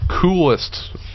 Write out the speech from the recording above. Coolest